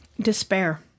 Despair